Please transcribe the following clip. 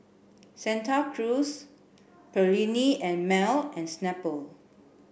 Santa Cruz Perllini and Mel and Snapple